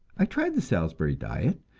i tried the salisbury diet,